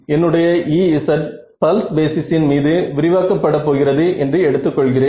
என்னுடைய Ez pulse பேசிஸின் மீது விரிவாக்க பட போகிறது என்று எடுத்து கொள்கிறேன்